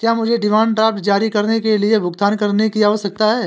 क्या मुझे demand draft जारी करने के लिए भुगतान करने की आवश्यकता है?